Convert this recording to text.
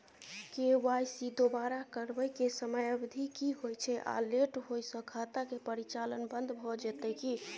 KYC दोबारा करबै के समयावधि की होय छै आ लेट होय स खाता के परिचालन बन्द भ जेतै की?